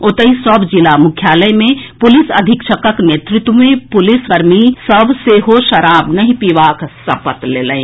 ओतहि सभ जिला मुख्यालय मे पुलिस अधीक्षकक नेतृत्व मे पुलिस कर्मी सभ सेहो शराब नहि पीबाक सपत लेलनि